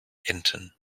enten